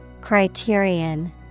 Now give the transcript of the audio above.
Criterion